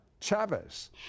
Chavez